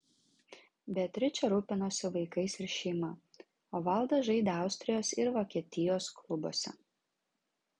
beatričė rūpinosi vaikais ir šeima o valdas žaidė austrijos ir vokietijos klubuose